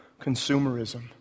consumerism